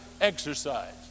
exercise